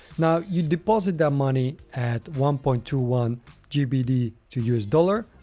now, you deposit that money at one point two one gbp to us dollar.